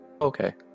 okay